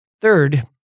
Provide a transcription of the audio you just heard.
Third